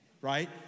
right